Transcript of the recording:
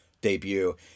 debut